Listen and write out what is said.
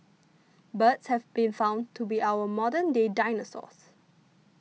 birds have been found to be our modern day dinosaurs